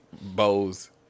bows